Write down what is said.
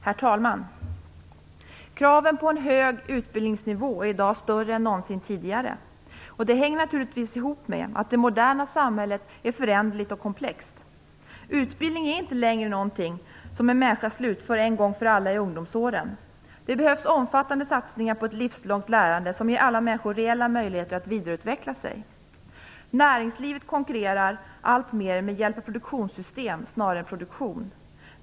Herr talman! Kraven på en hög utbildningsnivå är i dag större än någonsin tidigare. Det hänger naturligtvis ihop med att det moderna samhället är föränderligt och komplext. Utbildning är inte längre någonting som en människa slutför en gång för alla i ungdomsåren. Det behövs omfattande satsningar på ett livslångt lärande, som ger alla människor reella möjligheter att vidareutveckla sig. Näringslivet konkurrerar alltmer med hjälp av produktionssystem snarare än produktion.